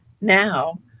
now